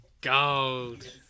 gold